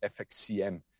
FxCM